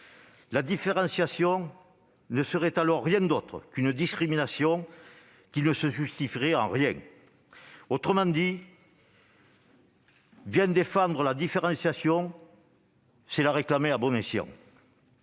La différenciation ne serait alors rien d'autre qu'une discrimination qui ne se justifierait pas. Autrement dit, bien défendre la différenciation, c'est la réclamer à bon escient